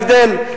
הבדל,